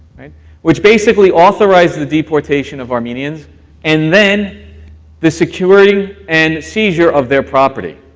which basically authorized the deportation of armenians and then the securing and seizure of their property.